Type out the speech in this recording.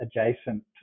adjacent